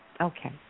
Okay